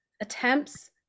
attempts